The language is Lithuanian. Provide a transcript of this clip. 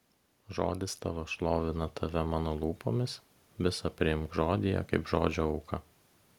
žodis tavo šlovina tave mano lūpomis visa priimk žodyje kaip žodžio auką